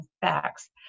facts